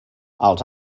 els